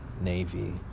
Navy